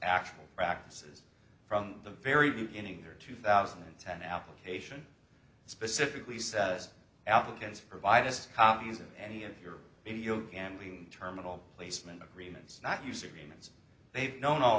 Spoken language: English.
actual practices from the very beginning of two thousand and ten application specifically says applicants provide us copies of any of your gambling terminal placement agreements not you syrians they've known all